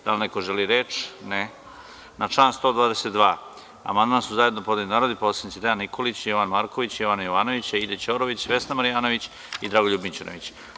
Da li neko želi reč? (Ne) Na član 122. amandman su zajedno podneli narodni poslanici Dejan Nikolić, Jovan Marković, Jovana Jovanović, Aida Ćorović, Vesna Marjanović i Dragoljub Mićunović.